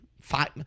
Five –